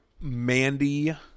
Mandy